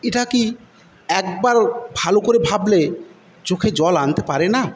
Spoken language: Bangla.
এটা কি একবারও ভালো করে ভাবলে চোখে জল আনতে পারে না